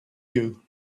you